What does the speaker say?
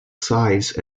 size